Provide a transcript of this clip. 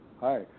Hi